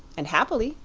and happily,